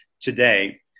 today